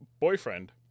boyfriend